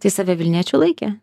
tai save vilniečiu laikė